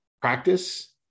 practice